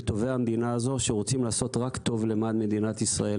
מטובי המדינה הזו שרוצים לעשות רק טוב למען מדינת ישראל.